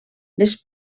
les